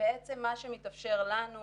בעצם מה שמתאפשר לנו,